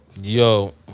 Yo